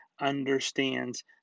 understands